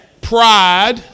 Pride